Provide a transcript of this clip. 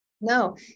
No